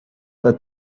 that